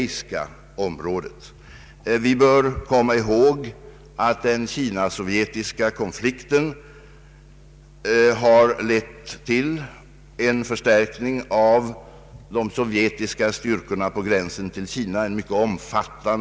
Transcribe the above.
Vi bör också komma ihåg att Kina—Sovjet-konflikten har lett till en mycket omfattande förstärkning av de sovjetiska styrkorna vid gränsen till Kina.